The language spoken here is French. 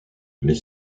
les